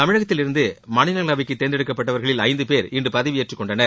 தமிழகத்திலிருந்து மாநிலங்களவைக்கு தேர்ந்தெடுக்கப்பட்டவர்களில் ஐந்து பேர் இன்று பதவியேற்றுக் கொண்டனர்